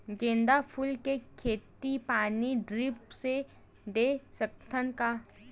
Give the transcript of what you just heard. गेंदा फूल के खेती पानी ड्रिप से दे सकथ का?